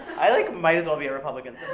i like might as well be republican